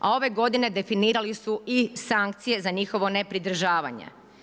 A ove godine definirali su i sankcije za njihovo nepridržavanje.